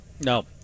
No